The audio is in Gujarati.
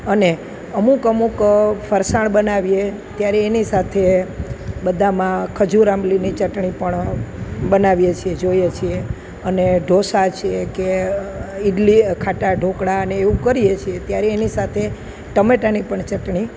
અને અમુક અમુક ફરસાણ બનાવીએ ત્યારે એની સાથે બધામાં ખજૂર આંબલીની ચટણી પણ બનાવીએ છીએ જોઈએ છીએ અને ઢોંસા છે કે ઇડલી ખાટા ઢોકળા અને એવું કરીએ છીએ ત્યારે એની સાથે ટમેટાની પણ ચટણી